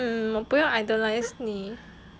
我不要 idolise 你